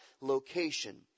location